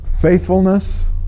faithfulness